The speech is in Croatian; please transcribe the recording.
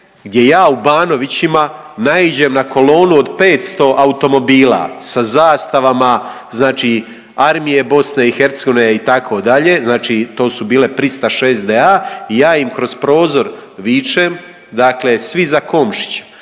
gdje ja u Banovićima naiđem na kolonu od 500 automobila sa zastavama Armije BiH itd. znači to su bile pristaše SDA i ja im kroz prozor vičem svi za Komšića,